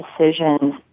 decisions